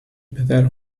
پدر